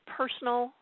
personal